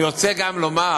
אני רוצה גם לומר